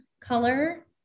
color